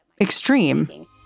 Extreme